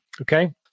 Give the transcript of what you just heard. Okay